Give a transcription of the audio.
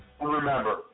Remember